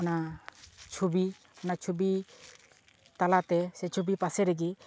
ᱚᱱᱟ ᱪᱷᱩᱵᱤ ᱚᱱᱟ ᱪᱷᱩᱵᱤ ᱛᱟᱞᱟᱛᱮ ᱥᱮ ᱪᱷᱩᱵᱤ ᱯᱟᱥᱮ ᱨᱮᱜᱮ